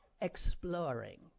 exploring